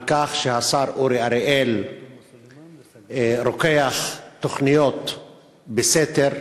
על כך שהשר אורי אריאל רוקח תוכניות בסתר,